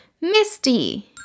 Misty